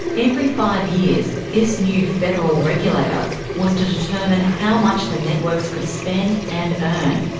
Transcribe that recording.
every five years, this new federal regulator was to determine how much the networks could spend and earn,